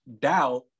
doubt